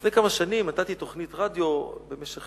לפני כמה שנים נתתי תוכנית רדיו במשך